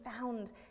found